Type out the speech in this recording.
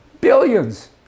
billions